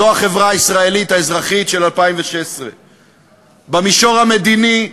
זו החברה הישראלית האזרחית של 2016. במישור המדיני: